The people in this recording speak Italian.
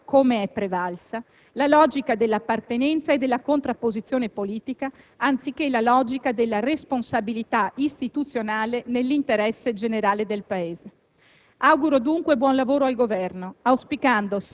lasciando che su una partita così importante prevalga, come è prevalsa, la logica dell'appartenenza e della contrapposizione politica, anziché quella della responsabilità istituzionale nell'interesse generale del Paese.